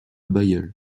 bailleul